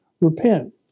repent